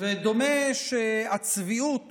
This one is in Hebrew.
דומה שהצביעות